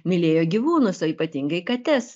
mylėjo gyvūnus o ypatingai kates